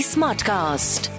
Smartcast